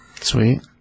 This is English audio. Sweet